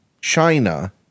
China